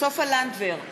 סופה לנדבר,